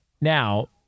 Now